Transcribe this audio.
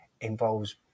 involves